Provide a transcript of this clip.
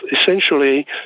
essentially